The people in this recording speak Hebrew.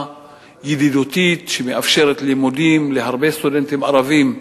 ידידותית שמאפשרת לימודים להרבה סטודנטים ערבים.